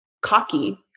cocky